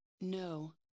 No